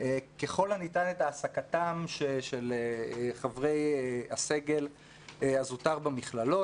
ככל הניתן את העסקתם של חברי הסגל הזוטר במכללות,